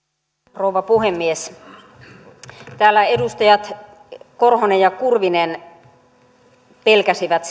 rouva puhemies täällä edustajat korhonen ja kurvinen pelkäsivät